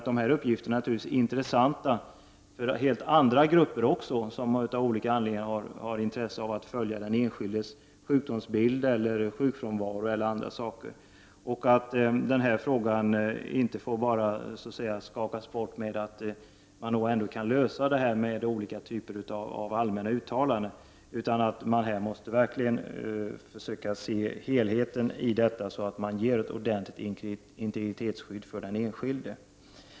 De här uppgifterna är naturligtvis intressanta även för andra grupper som av olika anledningar har intresse av att följa den enskildes sjukdomsbild, sjukfrånvaro eller andra saker. Den här frågan får inte skakas bort genom olika typer av allmänna uttalanden. Här måste man verkligen försöka se helheten och ge ett ordentligt integritetsskydd till den enskilde.